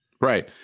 Right